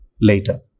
later